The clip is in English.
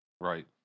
Right